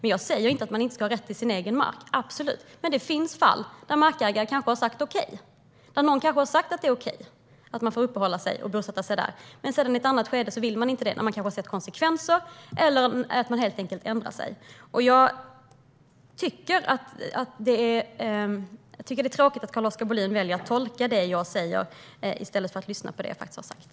Jag säger inte att man inte ska ha rätt till sin egen mark. Det ska man absolut. Men det finns fall där markägaren kanske har sagt okej. Man kanske har sagt att det är okej att uppehålla sig och bosätta sig där. Men i ett senare skede vill man inte det. Man kanske har sett konsekvenser eller helt enkelt ändrat sig. Jag tycker att det är tråkigt att Carl-Oskar Bohlin väljer att tolka det jag sagt i stället för att lyssna på det jag faktiskt säger.